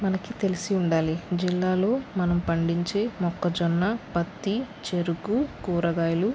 మనకి తెలిసి ఉండాలి జిల్లాలో మనం పండించే మొక్కజొన్న పత్తి చెరుకు కూరగాయలు